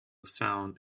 sound